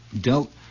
dealt